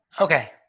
Okay